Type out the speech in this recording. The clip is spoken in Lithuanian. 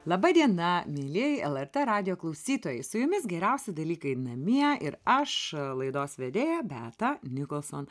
laba diena mielieji lrt radijo klausytojai su jumis geriausi dalykai namie ir aš laidos vedėja beata nikolson